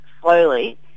slowly